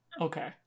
Okay